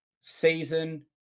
season